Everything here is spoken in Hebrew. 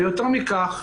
ויותר מכך,